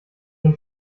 dem